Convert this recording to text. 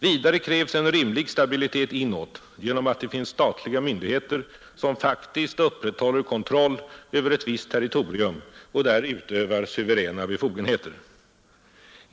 Vidare krävs en rimlig stabilitet inåt, genom att det finns statliga myndigheter som faktiskt upprätthåller kontroll över ett visst territorium och där utövar suveräna befogenheter.